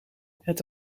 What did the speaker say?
het